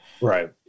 Right